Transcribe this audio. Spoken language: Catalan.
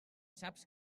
saps